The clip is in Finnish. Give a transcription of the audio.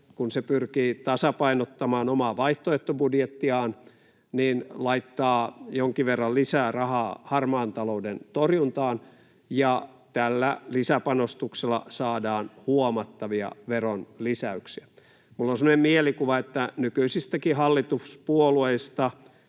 kun se pyrkii tasapainottamaan omaa vaihtoehtobudjettiaan, laittaa jonkin verran lisää rahaa harmaan talouden torjuntaan ja tällä lisäpanostuksella saadaan huomattavia veronlisäyksiä. Minulla on semmoinen mielikuva, että nykyisistäkin hallituspuolueista,